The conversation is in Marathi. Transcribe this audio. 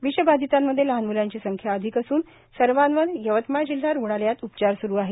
विषबाधितांमध्ये लहान म्लांची संख्या अधिक असून सर्वांवर यवतमाळ जिल्हा रुग्णालयात उपचार सुरु आहेत